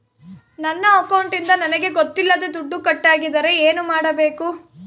ನನ್ನ ಅಕೌಂಟಿಂದ ನನಗೆ ಗೊತ್ತಿಲ್ಲದೆ ದುಡ್ಡು ಕಟ್ಟಾಗಿದ್ದರೆ ಏನು ಮಾಡಬೇಕು?